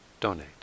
donate